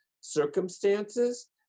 circumstances